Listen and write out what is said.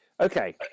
Okay